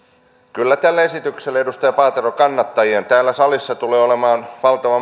kyllä tällä esityksellä edustaja paatero kannattajia on täällä salissa tulee olemaan valtava